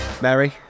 Mary